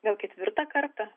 gal ketvirtą kartą